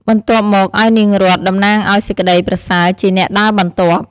បន្ទាប់មកឲ្យនាងរតន៍ តំណាងឱ្យសេចក្តីប្រសើរជាអ្នកដើរបន្ទាប់។